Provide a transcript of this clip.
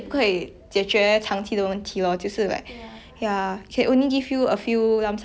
cannot already [what] cause we also don't know how long this situation will last